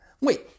Wait